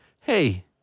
hey